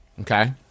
Okay